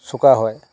চোকা হয়